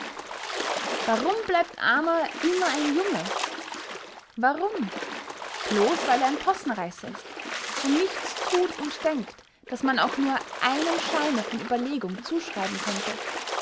warum bleibt amor immer ein junge warum blos weil er ein possenreisser ist und nichts thut und denkt das man auch nur einem scheine von ueberlegung zuschreiben könnte